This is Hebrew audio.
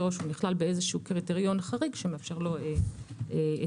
שהוא נכלל בקריטריון חריג שמאפשר לו את החריגה.